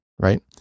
right